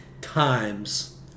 times